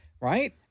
right